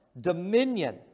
dominion